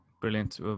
Brilliant